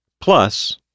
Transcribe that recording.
plus